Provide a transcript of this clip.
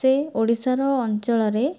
ସେ ଓଡ଼ିଶାର ଅଞ୍ଚଳରେ